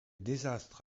désastre